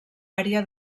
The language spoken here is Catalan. àrea